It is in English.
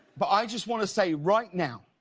but i just want to say right now,